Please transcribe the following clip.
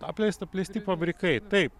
apleist apleisti fabrikai taip